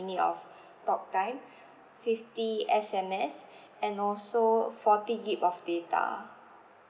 minute of talk time fifty S_M_S and also forty gig of data